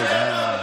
די.